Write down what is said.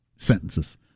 Sentences